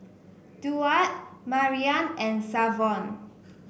Duard Maryann and Savon